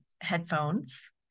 headphones